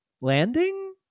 landing